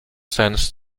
sense